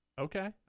okay